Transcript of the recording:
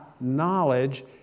knowledge